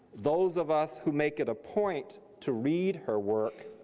those of us who make it a point to read her work,